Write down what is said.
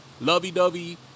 lovey-dovey